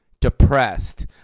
depressed